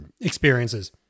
experiences